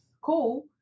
cool